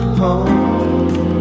home